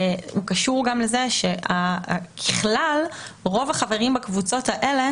קשור גם לזה שככלל רוב החברים בקבוצות האלה